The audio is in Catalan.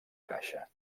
caixa